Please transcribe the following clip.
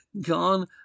gone